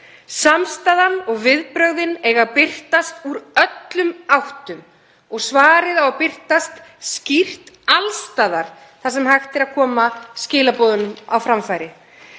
Samstaðan og viðbrögðin eiga að birtast úr öllum áttum og svarið á birtast skýrt alls staðar þar sem hægt er að koma skilaboðunum á framfæri.